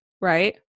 right